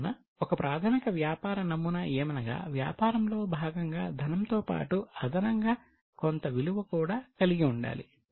కావున ఒక ప్రాథమిక వ్యాపార నమూనా ఏమనగా వ్యాపారంలో భాగంగా ధనం తో పాటు అదనంగా కొంత విలువ కూడా కలిగి ఉండాలి